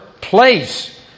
place